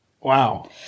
Wow